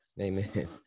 Amen